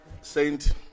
Saint